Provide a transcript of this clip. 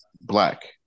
black